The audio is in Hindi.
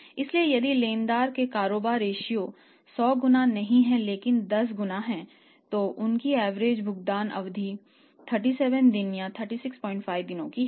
इसलिए यदि लेनदारों का कारोबार रेश्यो भुगतान अवधि 37 दिन या 365 दिनों की है